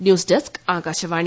news desk Akashvani